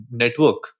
network